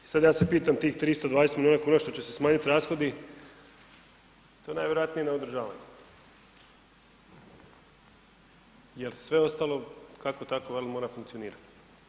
I sad ja se pitam tih 320 miliona kuna što će se smanjiti rashodi, to je najvjerojatnije neodržavanje jer sve ostalo kako tako mora funkcionirati.